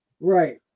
Right